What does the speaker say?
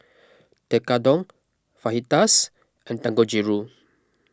Tekkadon Fajitas and Dangojiru